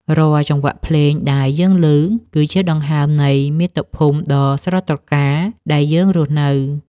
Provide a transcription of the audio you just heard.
រាល់ចង្វាក់ភ្លេងដែលយើងឮ គឺជាដង្ហើមនៃមាតុភូមិដ៏ស្រស់ត្រកាលដែលយើងរស់នៅ។